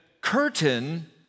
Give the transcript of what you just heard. curtain